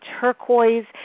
turquoise